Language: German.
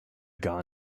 gar